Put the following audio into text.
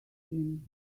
him